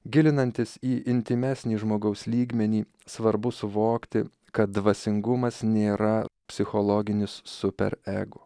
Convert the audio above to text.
gilinantis į intymesnį žmogaus lygmenį svarbu suvokti kad dvasingumas nėra psichologinis super ego